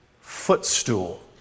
footstool